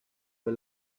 fue